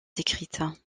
décrites